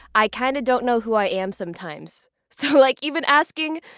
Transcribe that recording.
i kind of don't know who i am sometimes. so like even asking,